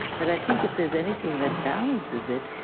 but i think if there's anything that balances it,